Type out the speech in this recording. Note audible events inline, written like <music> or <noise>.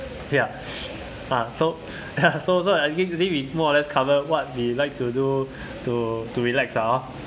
ya <noise> uh ya so so so I we we more or less cover what we like to do to relax lah hor